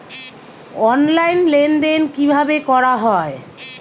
Online লেনদেন কিভাবে করা হয়?